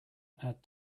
add